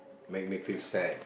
make me feel sad